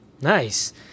nice